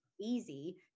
easy